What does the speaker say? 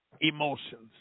emotions